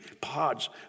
pods